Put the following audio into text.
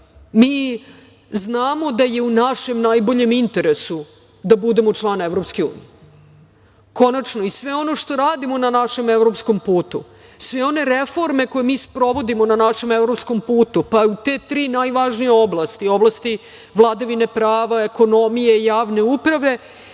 znamo da je u našem najboljem interesu da budemo član EU. Konačno, i sve ono što radimo na našem evropskom putu, sve one reforme koje mi sprovodimo na našem evropskom putu, te tri najvažnije oblasti, oblasti vladavine prava, ekonomije, javne uprave,